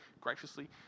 graciously